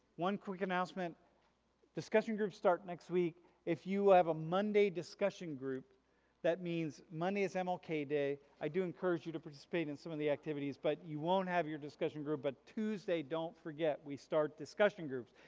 one quick announcement discussion groups start next week if you have a monday discussion group that means monday is um mlk day. i do encourage you to participate in some of the activities but you won't have your discussion group but tuesday don't forget, we start discussion groups.